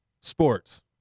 Sports